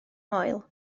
moel